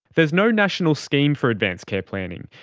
there's no national scheme for advance care planning,